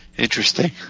Interesting